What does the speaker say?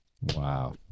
Wow